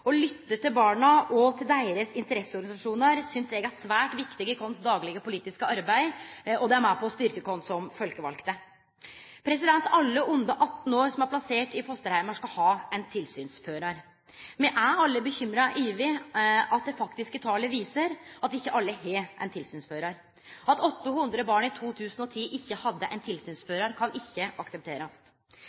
Å lytte til barna og til deira interesseorganisasjonar synest eg er svært viktig i vårt daglege politiske arbeid, og det er med på å styrkje oss som folkevalde. Alle under 18 år som er plasserte i fosterheimar, skal ha ein tilsynsførar. Me er alle bekymra over at det faktiske talet viser at ikkje alle har tilsynsførar. At 800 barn i 2010 ikkje hadde tilsynsførar, kan ikkje aksepterast.